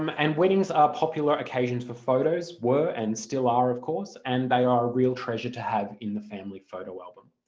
um and weddings are popular occasions for photos, were and still are, of course and they are real treasure to have in the family photo album.